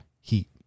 heat